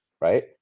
right